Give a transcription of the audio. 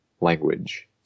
language